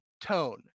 tone